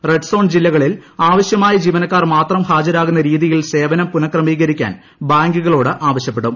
red zone ജില്ലകളിൽ ആവശ്യമായ ജീവനക്കാർ മാത്രം ഹാജരാകുന്ന രീതിയിൽ ്പുനഃക്രമീകരിക്കാൻ ബാങ്കുകളോട് ആവശ്യപ്പെടും